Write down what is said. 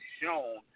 shown